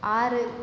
ஆறு